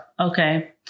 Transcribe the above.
Okay